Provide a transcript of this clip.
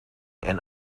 and